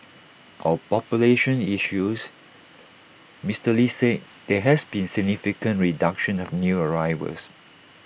on population issues Mister lee said there has been significant reduction of new arrivals